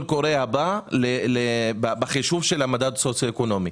קורא הבא בחישוב של המדד סוציואקונומי.